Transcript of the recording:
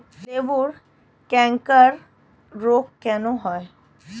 লেবুর ক্যাংকার রোগ কেন হয়?